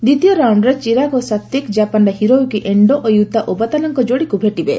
ଦ୍ୱିତୀୟ ରାଉଣ୍ଡରେ ଚିରାଗ୍ ଓ ସାତ୍ତ୍ୱିକ୍ ଜାପାନ୍ର ହିରୋୟୁକି ଏଶ୍ଡୋ ଓ ୟୁତା ଓ୍ବାତାନାବେଙ୍କ ଯୋଡ଼ିକୁ ଭେଟିବେ